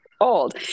old